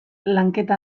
lanketa